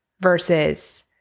Versus